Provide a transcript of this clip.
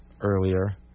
earlier